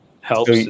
helps